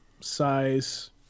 size